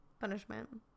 punishment